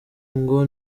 ngo